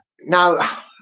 Now